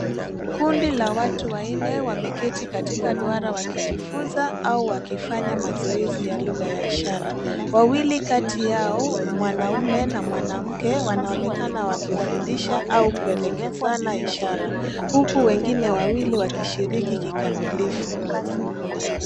Kundi la watu wanne wameketi katika duara wakijifunza au wakifanya mazoezi ya lugha ya ishara. Wawili kati yao, mwanaume na mwanamke, wanaonekana wakifundisha au wakielekezana ishara huku wengine wawili wakishiriki kikamilifu.